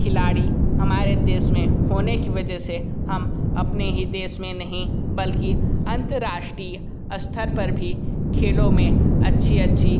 खिलाड़ी हमारे देश में होने की वजह से हम अपने ही देश में नहीं बल्कि अंतरराष्ट्रीय स्तर पर भी खेलों में अच्छे अच्छे